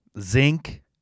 zinc